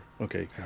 Okay